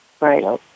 Right